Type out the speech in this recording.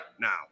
now